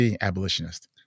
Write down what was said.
abolitionist